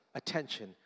attention